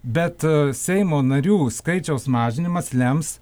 bet seimo narių skaičiaus mažinimas lems